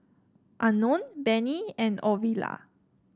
Unknown Benny and Ovila